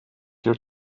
your